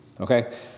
okay